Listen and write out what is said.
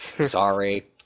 sorry